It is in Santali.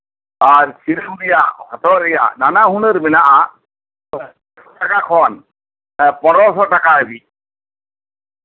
ᱟᱨ ᱥᱤᱨᱚᱢ ᱨᱮᱭᱟᱜ ᱦᱚᱴᱚᱜ ᱨᱮᱭᱟᱜ ᱱᱟᱱᱟ ᱦᱩᱱᱟᱹᱨ ᱢᱮᱱᱟᱜᱼᱟ ᱯᱚᱧᱪᱟᱥ ᱴᱟᱠᱟ ᱠᱷᱚᱱ ᱯᱚᱱᱨᱚ ᱥᱚ ᱴᱟᱠᱟ ᱦᱟᱹᱵᱤᱡ